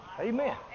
Amen